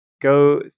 go